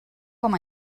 com